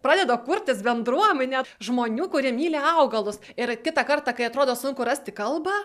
pradeda kurtis bendruomenė žmonių kurie myli augalus ir kitą kartą kai atrodo sunku rasti kalbą